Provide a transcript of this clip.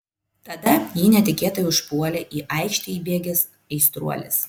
tada jį netikėtai užpuolė į aikštę įbėgęs aistruolis